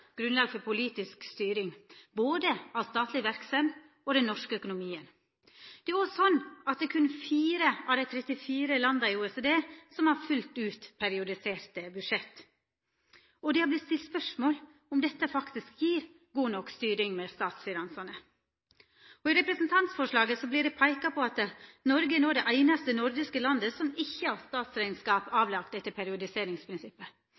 grunnlag for politisk styring, både av statleg verksemd og av den norske økonomien. Det er òg slik at berre fire av dei 34 landa i OECD har fullt ut periodiserte budsjett, og det har vorte stilt spørsmål ved om dette faktisk gjev god nok styring med statsfinansane. I representantforslaget vert det peika på at «Norge er nå det eneste nordiske landet som ikke har statsregnskap